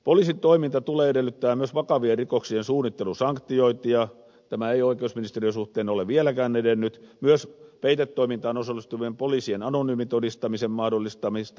poliisin toiminnassa tulee edellyttää myös vakavien rikoksien suunnittelun sanktiointia joka ei oikeusministeriön suhteen ole vieläkään edennyt ja myös peitetoimintaan osallistuvien poliisien anonyymitodistamisen mahdollistamista